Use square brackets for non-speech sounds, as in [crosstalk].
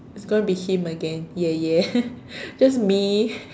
it's going to be him again yeah yeah [laughs] just me